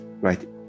right